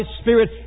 spirit